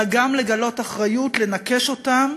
אלא גם לגלות אחריות לנכש אותם,